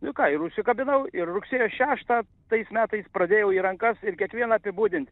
nu ką ir užsikabinau ir rugsėjo šeštą tais metais pradėjau į rankas ir kiekvieną apibūdint